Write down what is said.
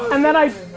and then i